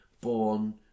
born